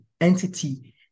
entity